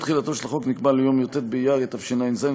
יום תחילתו של החוק נקבע ליום י"ט באייר התשע"ז,